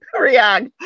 react